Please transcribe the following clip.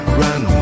run